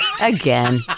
again